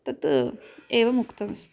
तत् एवं उक्तमस्ति